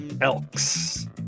Elks